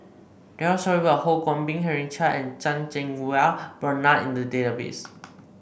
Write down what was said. there are stories about Ho Kwon Ping Henry Chia and Chan Cheng Wah Bernard in the database